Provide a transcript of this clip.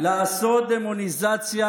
או בקיצור, לעשות דמוניזציה,